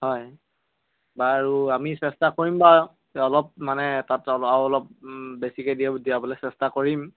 হয় বাৰু আমি চেষ্টা কৰিম বা অলপ মানে তাত অলপ বেছিকৈ দিয় দিয়াবলৈ চেষ্টা কৰিম